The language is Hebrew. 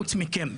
חוץ מכם.